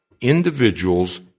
individuals